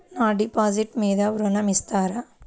నా డిపాజిట్ మీద ఋణం ఇస్తారా?